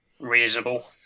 Reasonable